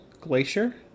Glacier